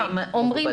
המוגבלות.